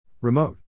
Remote